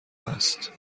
هست